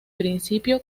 principio